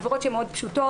עבירות שהן מאוד פשוטות,